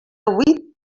huit